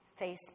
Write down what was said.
Facebook